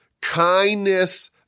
kindness